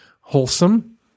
wholesome